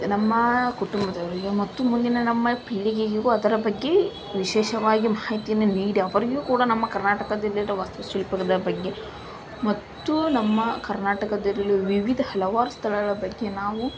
ನಮ್ಮ ಕುಟುಂಬದವರಿಗೆ ಮತ್ತು ಮುಂದಿನ ನಮ್ಮ ಪೀಳಿಗೆಗೆಗೂ ಅದರ ಬಗ್ಗೆ ವಿಶೇಷವಾಗಿ ಮಾಹಿತಿಯನ್ನು ನೀಡಿ ಅವರಿಗೂ ಕೂಡ ನಮ್ಮ ಕರ್ನಾಟಕದಲ್ಲಿರುವ ವಾಸ್ತುಶಿಲ್ಪಗಳ ಬಗ್ಗೆ ಮತ್ತು ನಮ್ಮ ಕರ್ನಾಟಕದಲ್ಲಿರುವ ವಿವಿಧ ಹಲವಾರು ಸ್ಥಳಗಳ ಬಗ್ಗೆ ನಾವು